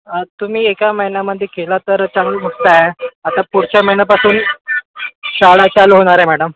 तुम्ही एका महिन्यामध्ये केला तर चांगली गोष्ट आहे आता पुढच्या महिन्यापासून शाळा चालू होणार आहे मॅडम